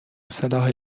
صلاح